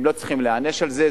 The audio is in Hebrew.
הם לא צריכים להיענש על זה.